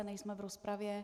Nejsme v rozpravě.